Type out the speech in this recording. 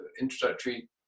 introductory